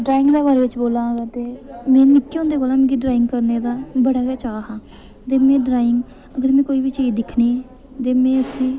drawing दे बारे च बोल्लां अगर तां में निक्के होंदे कोला मिगी ड्राइंग करने दा बड़ा गौ चाऽ हा ते में ड्रांइग अगर में कोई चीज़ दिक्खनी